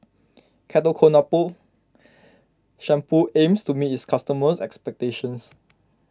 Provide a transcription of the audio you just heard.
Ketoconazole Shampoo aims to meet its customers' expectations